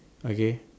okay